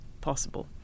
possible